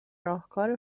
راهکار